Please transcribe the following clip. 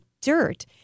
dirt